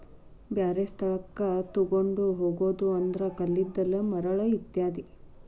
ಬ್ಯಾರೆ ಸ್ಥಳಕ್ಕ ತುಗೊಂಡ ಹೊಗುದು ಅಂದ್ರ ಕಲ್ಲಿದ್ದಲ, ಮರಳ ಇತ್ಯಾದಿ